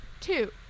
Two